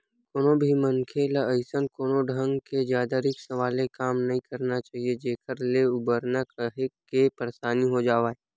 कोनो भी मनखे ल अइसन कोनो ढंग के जादा रिस्क वाले काम नइ करना चाही जेखर ले उबरना काहेक के परसानी हो जावय